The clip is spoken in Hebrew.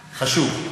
חשוב.